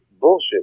Bullshit